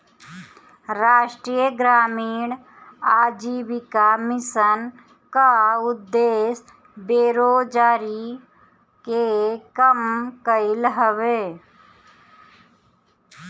राष्ट्रीय ग्रामीण आजीविका मिशन कअ उद्देश्य बेरोजारी के कम कईल हवे